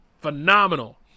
phenomenal